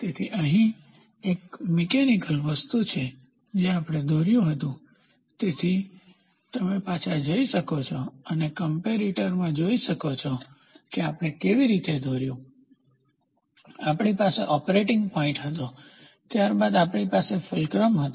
તેથી અહીં એક મિકેનીકલ વસ્તુ છે જે આપણે દોર્યુ હતું તેથી તમે પાછા જઈ શકો છો અને કમ્પેરેટરમાં જોઈ શકો છો કે આપણે કેવી રીતે દોર્યુ આપણી પાસે ઓપરેટિંગ પોઇન્ટ હતો ત્યારબાદ આપણી પાસે ફુલક્રમ હતું